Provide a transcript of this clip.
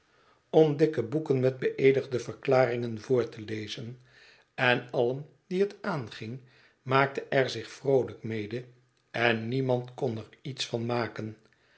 om dikke boeken met beëedigde verklaringen voor te lezen en allen die het aanging maakten er zich vroolijk mede en niemand kon er iets van maken